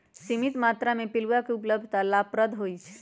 सीमित मत्रा में पिलुआ के उपलब्धता लाभप्रद होइ छइ